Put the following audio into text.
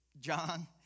John